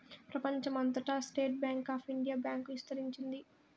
ప్రెపంచం అంతటా State Bank of India bank ఇస్తరించింది